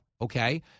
okay